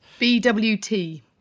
BWT